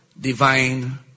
divine